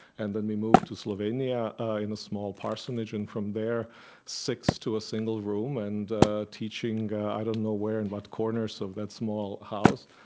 and then we moved to slovenia in a small parsonage. and from there six to a single room and teaching i don't know where in what corners of that small house,